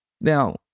Now